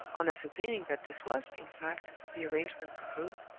on ascertaining that this was in fact, the arrangement proposed,